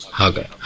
Okay